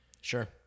Sure